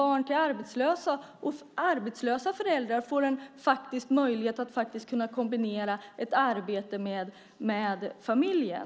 Arbetslösa föräldrar behöver också möjlighet att kombinera ett arbete med familjen.